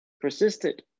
persisted